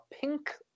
pink